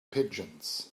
pigeons